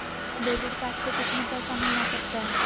Debit card से कितने पैसे मिलना सकता हैं?